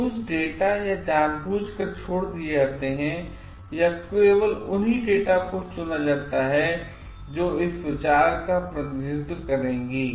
तो कुछ डेटा या तो जानबूझ कर छोड़ दिए जाते हैं या केवल उन ही डेटा को चुना जाता है जो इस विचार का प्रतिनिधित्व करेंगी